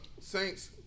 saints